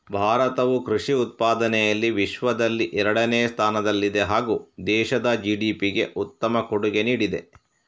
ಭಾರತವು ಕೃಷಿ ಉತ್ಪಾದನೆಯಲ್ಲಿ ವಿಶ್ವದಲ್ಲಿ ಎರಡನೇ ಸ್ಥಾನದಲ್ಲಿದೆ ಹಾಗೂ ದೇಶದ ಜಿ.ಡಿ.ಪಿಗೆ ಉತ್ತಮ ಕೊಡುಗೆ ನೀಡಿದೆ